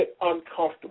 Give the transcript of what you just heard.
uncomfortable